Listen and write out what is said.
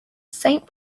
saint